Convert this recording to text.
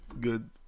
good